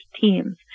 teams